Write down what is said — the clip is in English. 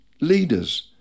leaders